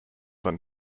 than